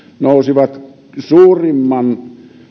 nousivat suurimman